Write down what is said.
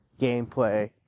gameplay